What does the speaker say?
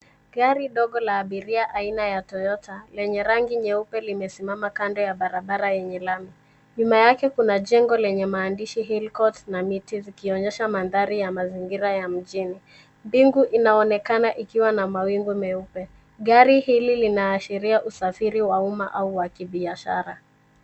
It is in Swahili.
Gari dogo la abiria aina ya cs[Toyota]cs lenye rangi nyeupe limesimama kando ya barabara yenye lami. Nyuma yake kuna jengo lenye maandishi cs[Hill Court]cs na miti zikionyesha mandhari ya mazingira ya mjini. Mbingu inaonekana ikiwa na mawingu meupe. Gari hili linaashiria usafiri wa umma au wa kibiashara